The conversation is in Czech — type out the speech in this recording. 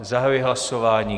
Zahajuji hlasování.